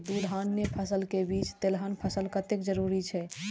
दू धान्य फसल के बीच तेलहन फसल कतेक जरूरी छे?